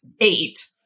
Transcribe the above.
eight